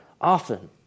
often